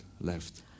left